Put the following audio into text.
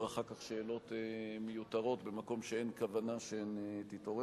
אחר כך שאלות מיותרות במקום שאין כוונה שהן תתעוררנה.